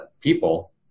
people